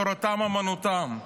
תורתם אומנותם.